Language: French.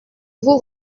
vous